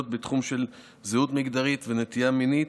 בתחום של זהות מגדרית ונטייה מינית,